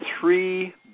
three